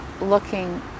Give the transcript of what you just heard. looking